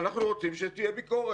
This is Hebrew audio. אנחנו רוצים שתהיה ביקורת.